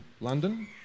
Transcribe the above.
London